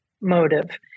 motive